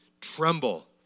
tremble